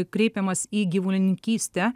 kreipiamas į gyvulininkystę